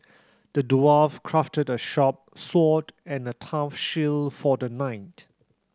the dwarf crafted a sharp sword and a tough shield for the knight